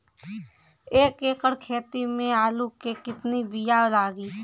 एक एकड़ खेती में आलू के कितनी विया लागी?